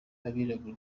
abirabura